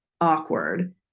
awkward